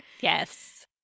Yes